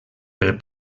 pel